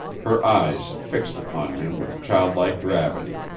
her eyes fixed upon him with childlike gravity.